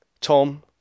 Tom